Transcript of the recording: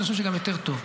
ואני חושב שגם יותר טוב.